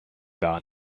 gar